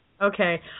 Okay